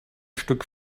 stück